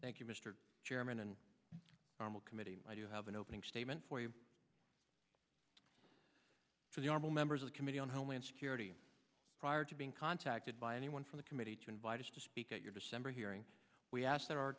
thank you mr chairman and formal committee i do have an opening statement for you to the our members of the committee on homeland security prior to being contacted by anyone from the committee to invite us to speak at your december hearing we ask that